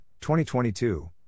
2022